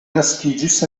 naskiĝis